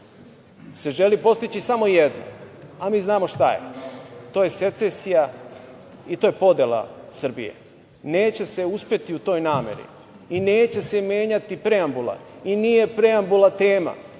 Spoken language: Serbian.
se želi postići samo jedno, a mi znamo šta je. To je secesija i to je podela Srbije. Neće se uspeti u toj nameri i neće se menjati preambula i nije preambula tema.